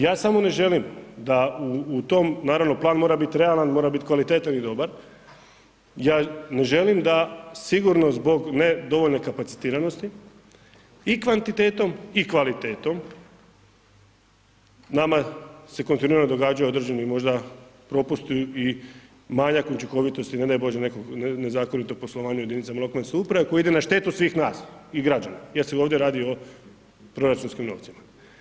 Ja samo ne želim da u tom, naravno plan mora biti realan, mora bit kvalitetan i dobar, ja ne želim da sigurno zbog nedovoljne kapacitiranosti i kvantitetom i kvalitetom, nama se kontinuirano događaju određeni možda propusti i manjak učinkovitosti ne daj bože nekog nezakonitog poslovanja u jedinicama lokalne samouprave koji ide na štetu svih nas i građana, jer se ovdje radi o proračunskim novcima.